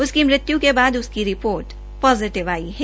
उसकी मृत्यु के बाद उसकी रिपोर्ट पोजिटिव आई है